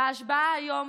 וההשבעה היום